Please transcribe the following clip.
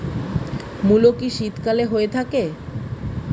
মূলো কি শীতকালে হয়ে থাকে?